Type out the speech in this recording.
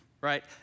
Right